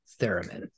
theremin